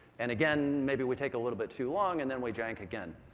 and, again, maybe we take a little bit too long and then we jank again.